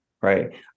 right